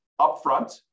upfront